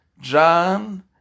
John